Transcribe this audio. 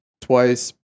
twice